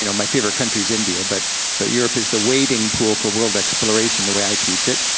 you know my favorite country's india, but but europe is the wading pool for world exploration, the way i teach it.